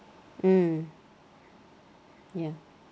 mm ya